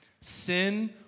Sin